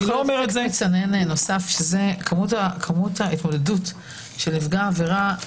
אפקט מצנן נוסף כמות ההתמודדות של נפגע העבירה